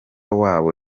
wayo